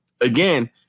again